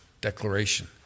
declaration